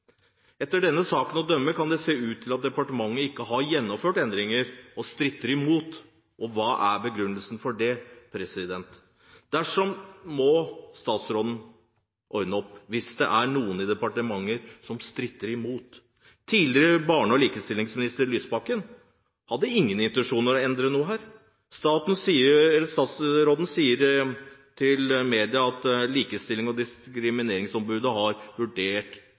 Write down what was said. Etter denne saken å dømme kan det se ut til at departementet ikke har gjennomført endringer, og stritter imot. Hva er begrunnelsen for det? Statsråden må ordne opp hvis det er noen i departementet som stritter imot. Tidligere barne- og likestillingsminister, Lysbakken, hadde ingen intensjoner om å endre noe. Statsråden sier til media at Likestillings- og diskrimineringsombudet har vurdert